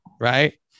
right